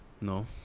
No